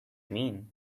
mean